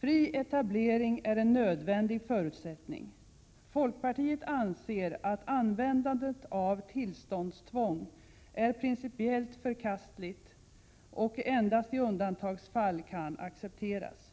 Fri etablering är en nödvändig förutsättning. Folkpartiet anser att användandet av tillståndstvång är principiellt förkastligt och att det endast i undantagsfall kan accepteras.